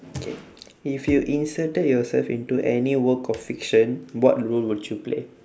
K if you inserted yourself into any work of fiction what role would you play